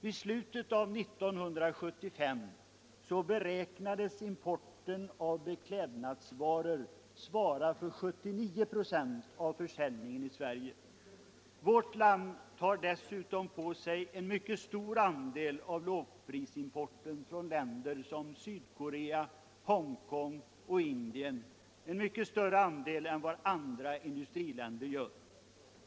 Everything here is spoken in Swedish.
I slutet av 1975 beräknades importen av beklädnadsvaror svara för 79 ", av försäljningen i Sverige. Vårt land tar dessutom på sig en mycket stor andel av lågprisimporten från länder som Sydkorea, Hongkong och Indien — en mycket större andel än andra industriländer.